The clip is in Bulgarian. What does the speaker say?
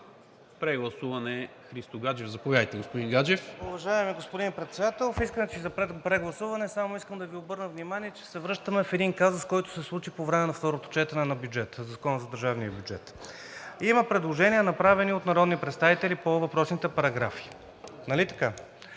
Прегласуване – Христо Гаджев, заповядайте, господин Гаджев. ХРИСТО ГАДЖЕВ(ГЕРБ-СДС): Уважаеми господин Председател, в искането си за прегласуване само искам да Ви обърна внимание, че се връщаме в един казус, който се случи по време на второто четене на бюджета, на Закона за държавния бюджет. Има предложения, направени от народни представители по въпросите параграфи, нали така?